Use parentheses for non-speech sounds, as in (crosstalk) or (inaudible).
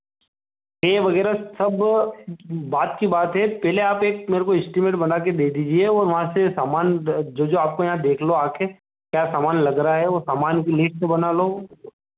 (unintelligible) वगैरह सब बाद की बात है पहले आप एक मेरे को एक एस्टीमेट बनाके दे दीजिए और और वहाँ से सामान जो जो आपके यहाँ देख लो आकर क्या सामान लग रहा है और सामान की लिस्ट बना लो